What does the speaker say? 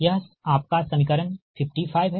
यह आपका समीकरण 55 है